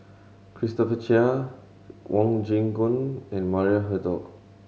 Christopher Chia Wong Kin Jong and Maria Hertogh